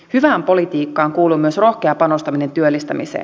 hyvään politiikkaan kuuluu myös rohkea panostaminen työllistämiseen